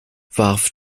warf